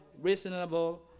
reasonable